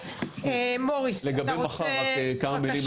לגבי מחר כמה מילים.